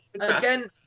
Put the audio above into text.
Again